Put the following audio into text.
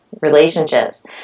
relationships